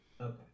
Okay